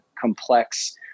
complex